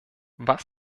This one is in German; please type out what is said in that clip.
was